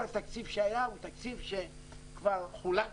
כל התקציב שהיה הוא תקציב שכבר חולק.